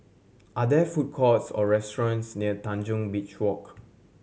are there food courts or restaurants near Tanjong Beach Walk